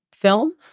film